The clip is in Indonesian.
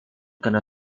karena